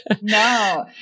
No